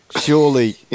Surely